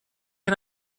can